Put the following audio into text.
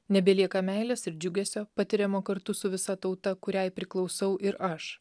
nebelieka meilės ir džiugesio patiriamo kartu su visa tauta kuriai priklausau ir aš